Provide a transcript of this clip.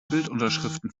bildunterschriften